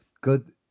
good